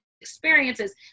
Experiences